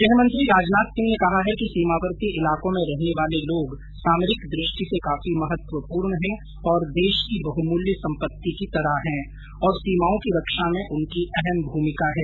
गृहमंत्री राजनाथ सिंह ने कहा है कि सीमावर्ती इलाकों में रहने वाले लोग सामरिक दृष्टि से काफी महत्व पूर्ण हैं और देश की बहुमूल्य सम्पत्ति की तरह हैं और सीमाओं की रक्षा में उनकी अहम भूमिका है